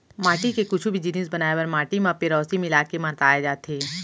माटी के कुछु भी जिनिस बनाए बर माटी म पेरौंसी मिला के मताए जाथे